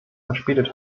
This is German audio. verspätet